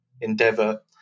endeavor